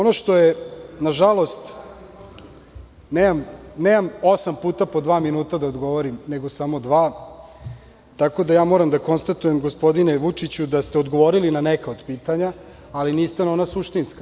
Nažalost, nemam osam puta po dva minuta da odgovorim nego samo dva, tako da moram da konstatujem gospodine Vučiću da ste odgovorili na neka od pitanja ali niste na ona suštinska.